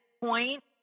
point